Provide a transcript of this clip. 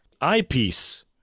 Eyepiece